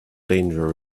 danger